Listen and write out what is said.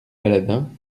baladins